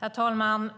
Herr talman!